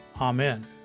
Amen